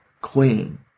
clean